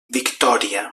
victòria